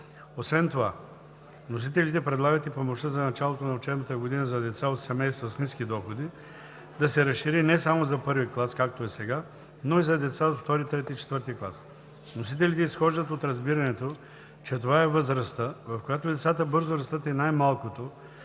Освен това, вносителите предлагат и помощта за началото на учебната година за деца от семейства с ниски доходи да се разшири не само за І клас, както е сега, но и за деца от ІІ, ІІІ и ІV клас. Вносителите изхождат от разбирането, че това е възрастта, в която децата бързо растат и най-малкото,